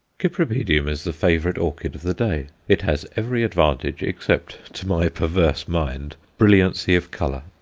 cypripedium is the favourite orchid of the day. it has every advantage, except, to my perverse mind brilliancy of colour.